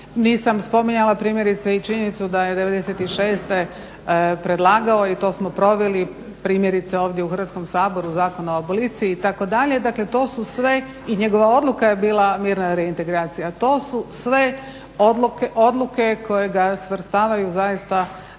Nisam spominjala primjerice i činjenicu da je '96.predlagao i to smo proveli primjerice ovdje u Hrvatskom saboru Zakon o aboliciji itd. dakle to su sve i njegova odluka je bila mirna reintegracija. To su sve odluke kojega svrstavaju zaista među